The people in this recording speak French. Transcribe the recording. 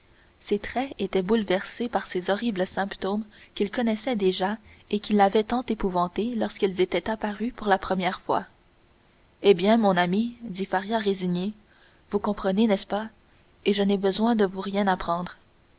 ses traits étaient bouleversés par ces horribles symptômes qu'il connaissait déjà et qui l'avaient tant épouvanté lorsqu'ils étaient apparus pour la première fois eh bien mon ami dit faria résigné vous comprenez n'est-ce pas et je n'ai besoin de vous rien apprendre